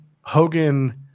Hogan –